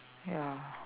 ya